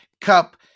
Cup